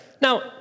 Now